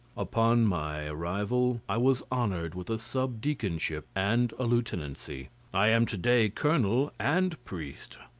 upon my arrival i was honoured with a sub-deaconship and a lieutenancy. i am to-day colonel and priest.